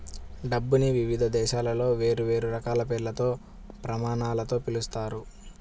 డబ్బుని వివిధ దేశాలలో వేర్వేరు రకాల పేర్లతో, ప్రమాణాలతో పిలుస్తారు